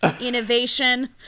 innovation